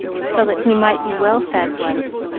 so that he might be well fed once,